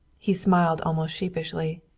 he smiled almost sheepishly.